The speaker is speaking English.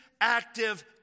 active